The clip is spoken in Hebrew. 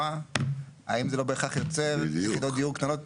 האם זה לא בהכרח יוצר יחידות דיור קטנות?